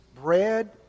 bread